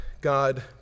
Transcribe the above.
God